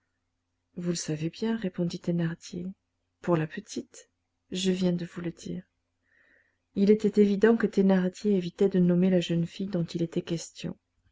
vous le savez bien répondit thénardier pour la petite je viens de vous le dire il était évident que thénardier évitait de nommer la jeune fille dont il était question